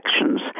elections